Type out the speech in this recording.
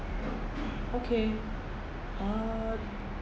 okay uh